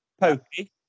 Pokey